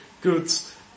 goods